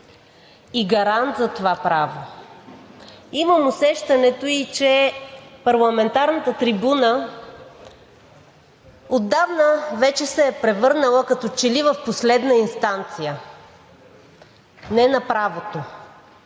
и гарант за това право. Имам усещането и че парламентарната трибуна отдавна вече се е превърнала като че ли в последна инстанция не на правото,